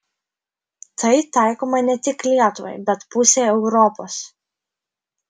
tai taikoma ne tik lietuvai bet pusei europos